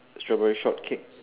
a strawberry shortcake